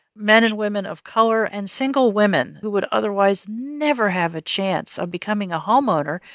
men and women of color, and single women who would otherwise never have a chance of becoming a homeowner,